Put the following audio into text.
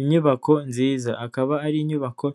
Inyubako nziza, akaba ari inyubako